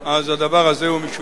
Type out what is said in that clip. אז הדבר הזה הוא משובח.